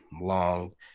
long